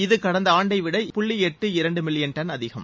இது கடந்த ஆண்டைவிட புள்ளி எட்டு இரண்டு மில்லியன் டன் அதிகம்